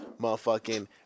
Motherfucking